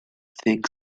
think